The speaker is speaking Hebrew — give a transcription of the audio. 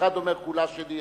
אחד אומר: כולה שלי,